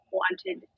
wanted